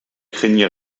craignez